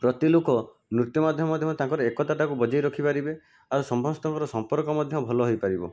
ପ୍ରତି ଲୋକ ନୃତ୍ୟ ମାଧ୍ୟମଧ୍ୟମରେ ତାଙ୍କର ଏକତାଟାକୁ ବଜାଇ ରଖିପାରିବେ ଆଉ ସମସ୍ତଙ୍କର ସମ୍ପର୍କ ମଧ୍ୟ ଭଲ ହୋଇପାରିବ